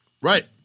Right